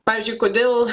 pavyzdžiui kodėl